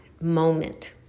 moment